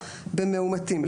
במאומתים,